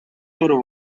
loro